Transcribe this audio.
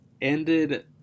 ended